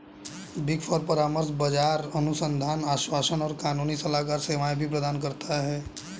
big four परामर्श, बाजार अनुसंधान, आश्वासन और कानूनी सलाहकार सेवाएं भी प्रदान करता है